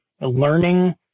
learning